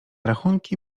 rachunki